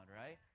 right